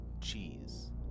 cheese